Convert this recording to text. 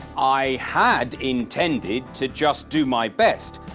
i had intended to just do my best,